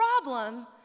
problem